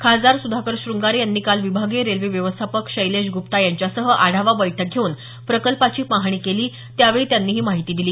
खासदार सुधाकर श्रंगारे यांनी काल विभागीय रेल्वे व्यवस्थापक शैलेश गुप्ता यांच्यासह आढावा बैठक घेवून प्रकल्पाची पाहणी केली त्यावेळी त्यांनी ही माहिती दिली